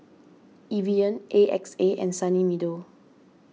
Evian A X A and Sunny Meadow